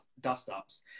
dust-ups